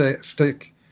stick